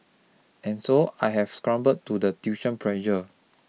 and so I have succumbed to the tuition pressure